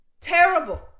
Terrible